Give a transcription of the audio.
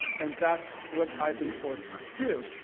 and that's what i've been forced to do.